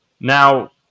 Now